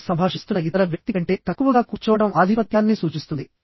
మీరు సంభాషిస్తున్న ఇతర వ్యక్తి కంటే తక్కువగా కూర్చోవడం ఆధిపత్యాన్ని సూచిస్తుంది